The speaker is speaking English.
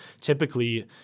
typically